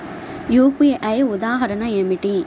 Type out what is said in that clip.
UPI ఉదాహరణ ఏమిటి?